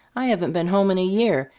i haven't been home in a year,